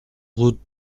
route